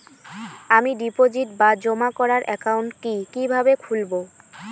আমি ডিপোজিট বা জমা করার একাউন্ট কি কিভাবে খুলবো?